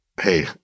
hey